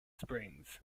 springs